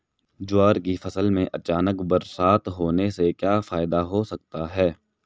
ज्वार की फसल में अचानक बरसात होने से क्या फायदा हो सकता है?